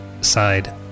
side